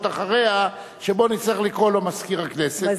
אחריה שבו נצטרך לקרוא לו מזכיר הכנסת,